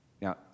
Now